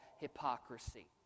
hypocrisy